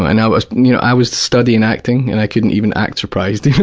and i was you know i was studying acting, and i couldn't even act surprised,